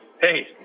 Hey